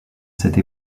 cette